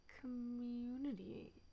community